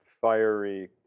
fiery